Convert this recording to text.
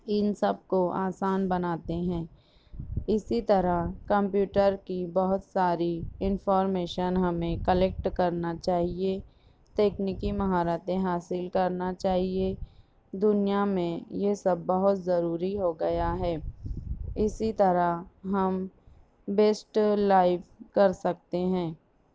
ان سب کو آسان بناتے ہیں اسی طرح کمپوٹر کی بہت ساری انفارمیشن ہمیں کلیکٹ کرنا چاہیے تکنیکی مہارتیں حاصل کرنا چاہیے دنیا میں یہ سب بہت ضروری ہو گیا ہے اسی طرح ہم بیسٹ لائف کر سکتے ہیں